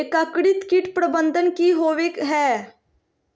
एकीकृत कीट प्रबंधन की होवय हैय?